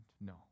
No